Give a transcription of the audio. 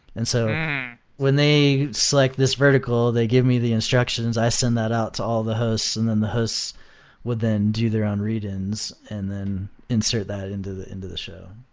and so when they select this vertical, they give me the instructions. i send that out to all the hosts and then the hosts would then do their own read-ins and then insert that into the into the show.